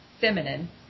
feminine